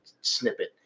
snippet